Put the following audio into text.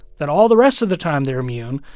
that all the rest of the time they're immune,